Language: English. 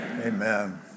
Amen